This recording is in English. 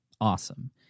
awesome